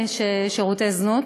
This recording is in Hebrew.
שירותי זנות.